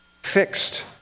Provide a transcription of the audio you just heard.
fixed